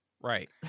Right